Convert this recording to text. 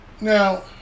Now